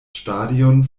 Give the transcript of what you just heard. stadion